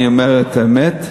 אני אומר את האמת,